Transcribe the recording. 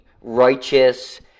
righteous